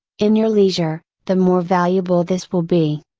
in your leisure, the more valuable this will be.